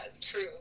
true